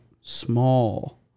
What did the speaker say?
small